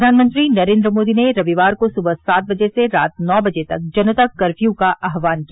प्रधानमंत्री नरेन्द्र मोदी ने रविवार को सुबह सात बजे से रात नौ बजे तक जनता कर्फ्यू का आह्वान किया